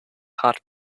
heart